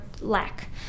lack